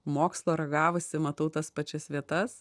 mokslo ragavusi matau tas pačias vietas